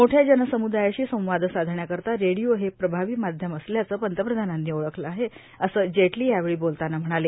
मोठया जनसम्दायाशी संवाद साधण्याकरता रेडिओ हे प्रभावी माध्यम असल्याचं पंतप्रधानांनी ओळखलं आहे असं जेटली यावेळी बोलताना म्हणाले